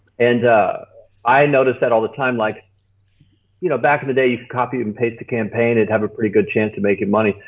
and i notice that all the time like you know back in the day you could copy and paste a campaign and have a pretty good chance of making money,